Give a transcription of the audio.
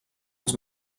els